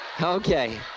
Okay